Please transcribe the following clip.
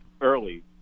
early